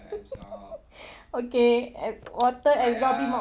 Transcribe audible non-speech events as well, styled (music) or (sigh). (noise) okay water absorbing mop